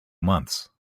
months